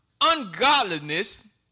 ungodliness